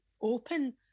open